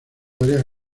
varias